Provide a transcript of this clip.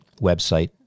website